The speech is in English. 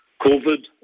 Covid